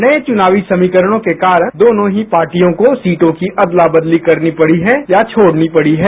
नये चुनावी समीकरणों के कारण दोनो पार्टियों को सीटों का अदला बदली करनी पडी है या छोडनी पडी है